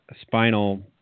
spinal